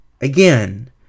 again